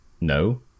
No